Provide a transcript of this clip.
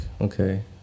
okay